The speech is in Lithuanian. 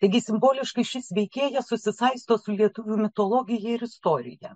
taigi simboliškai šis veikėjas susisaisto su lietuvių mitologija ir istorija